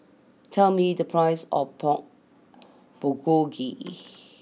tell me the price of Pork Bulgogi